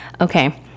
okay